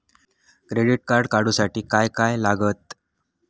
Credit card काढूसाठी काय काय लागत?